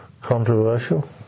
controversial